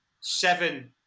seven